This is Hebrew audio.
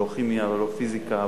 לא כימיה ולא פיזיקה,